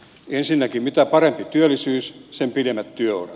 ensinnäkin mitä parempi työllisyys sen pidemmät työurat